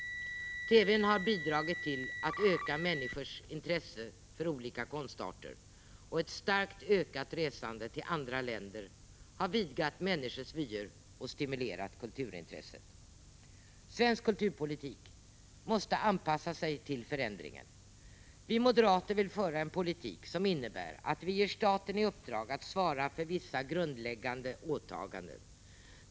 TV-n har bidragit till att öka människors intresse för olika konstarter, och ett starkt ökat resande till andra länder har vidgat människors vyer och stimulerat kulturintresset. Svensk kulturpolitik måste anpassa sig till förändringen. Vi moderater vill föra en politik som innebär att vi ger staten i uppdrag att svara för vissa grundläggande åtaganden.